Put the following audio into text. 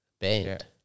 band